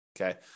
okay